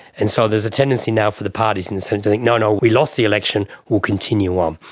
and so there's a tendency now for the parties in the senate to think, no, no, we lost the election, we'll continue um